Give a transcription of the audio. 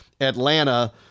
Atlanta